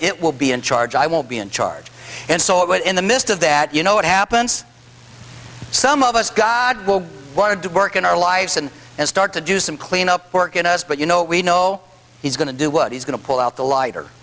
it will be in charge i will be in charge and so it would in the midst of that you know what happens some of us god will want to do work in our lives and and start to do some cleanup work in us but you know we know he's going to do what he's going to pull out the light